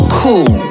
cool